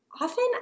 often